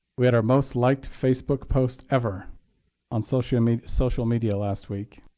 we had our most liked facebook post ever on social i mean social media last week.